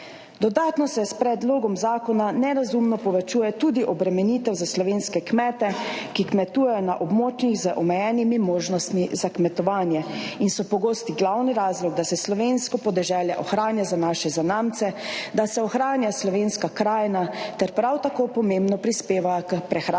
Dodatno se s predlogom zakona nerazumno povečuje tudi obremenitev za slovenske kmete, ki kmetujejo na območjih z omejenimi možnostmi za kmetovanje in so pogosti glavni razlog, da se slovensko podeželje ohranja za naše zanamce, da se ohranja slovenska krajina ter prav tako pomembno prispeva k prehranski